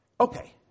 okay